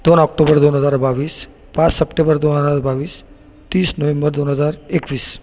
दोन ऑक्टोबर दोन हजार बावीस पाच सप्टेबर दोन हजार बावीस तीस नोवेंबर दोन हजार एकवीस